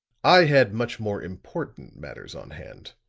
i had much more important matters on hand.